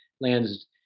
lands